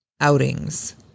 outings